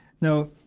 Now